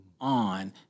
on